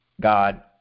God